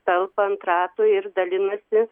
talpą ant ratų ir dalinasi